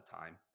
time